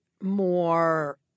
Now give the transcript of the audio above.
more –